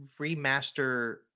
remaster